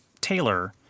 Taylor